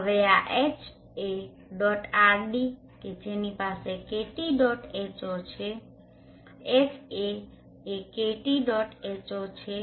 હવે આ HaRD કે જેની પાસે KTH0 છે Ha એ KTH0 છે